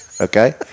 okay